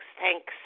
Thanks